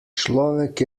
človek